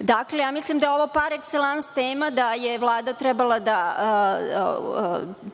Dakle, mislim da je ovo par ekselans tema, da je Vlada trebala da